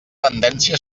tendència